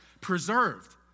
preserved